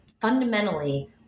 fundamentally